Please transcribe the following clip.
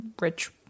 rich